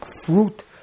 fruit